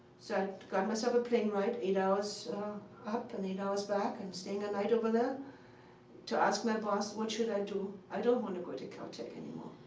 so i got myself a plane ride, eight hours up and eight hours back, and staying a night over there to ask my boss, what should i do? i don't want to go to caltech anymore.